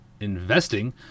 Investing